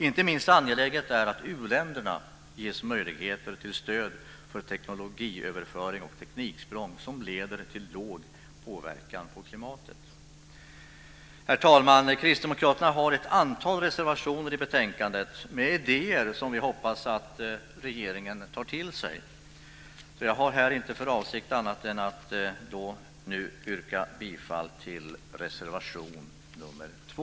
Inte minst angeläget är att u-länderna ges möjligheter till stöd för teknologiöverföring och tekniksprång som leder till låg påverkan på klimatet. Herr talman! Kristdemokraterna har ett antal reservationer i betänkandet med idéer som vi hoppas att regeringen tar till sig. Jag har ingen annan avsikt här än att yrka bifall till reservation nr 2.